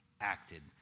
acted